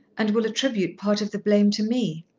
and will attribute part of the blame to me.